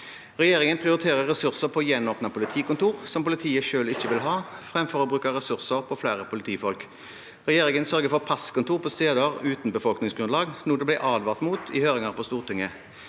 Regjeringen prioriterer ressurser på å gjenåpne politikontor som politiet selv ikke vil ha, framfor å bruke ressurser på flere politifolk. Regjeringen sørger for passkontor på steder uten befolkningsgrunnlag, noe det ble advart mot i høringer på Stortinget.